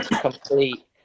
complete